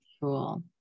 Cool